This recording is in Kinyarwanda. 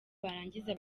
barangiza